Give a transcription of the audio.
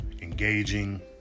engaging